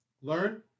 learn